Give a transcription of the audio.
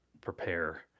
prepare